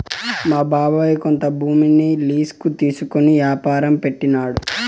మా బాబాయ్ కొంత భూమిని లీజుకి తీసుకునే యాపారం పెట్టినాడు